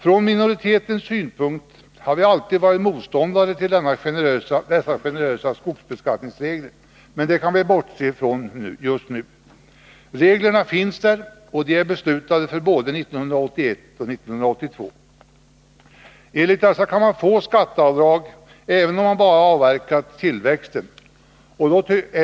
Utskottsminoriteten har alltid varit motståndare till dessa generösa skogsbeskattningsregler, men det kan vi bortse från just nu. Reglerna finns där och är redan beslutade för både 1981 och 1982. Enligt dessa kan man få skatteavdrag, även om man bara avverkat tillväxten.